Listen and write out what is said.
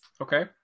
Okay